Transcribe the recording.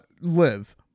live